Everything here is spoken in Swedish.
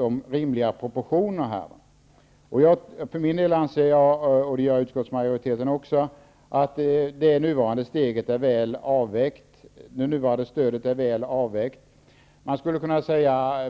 om rimliga proportioner. För min del anser jag, liksom utskottsmajoriteten, att det nuvarande stödet är väl avvägt.